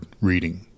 reading